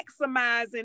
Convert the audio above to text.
maximizing